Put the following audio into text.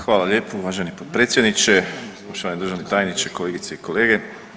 Hvala lijepo uvaženi potpredsjedniče, poštovani državni tajniče, kolegice i kolege.